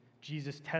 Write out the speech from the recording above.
Jesus